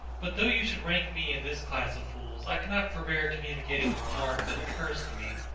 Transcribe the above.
but though you should rank me in this class of fools, i cannot forbear communicating a remark that occurs to me,